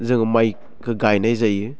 जों माइखौ गायनाय जायो